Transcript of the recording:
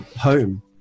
home